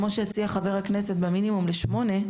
כמו שהציע חבר הכנסת במינימום לשמונה,